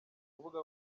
rubuga